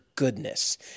Goodness